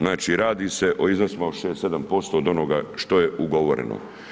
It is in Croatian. Znači radi se o iznosima od 6, 7% od onoga što je ugovoreno.